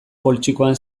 poltsikoan